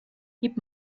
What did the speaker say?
gib